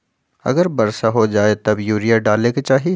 अगर वर्षा हो जाए तब यूरिया डाले के चाहि?